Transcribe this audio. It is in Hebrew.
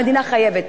המדינה חייבת.